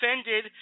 offended